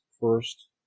First